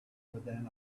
within